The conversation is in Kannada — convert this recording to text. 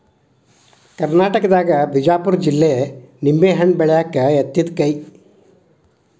ಕರ್ನಾಟಕದಾಗ ಬಿಜಾಪುರ ಜಿಲ್ಲೆ ನಿಂಬೆಹಣ್ಣ ಬೆಳ್ಯಾಕ ಯತ್ತಿದ ಕೈ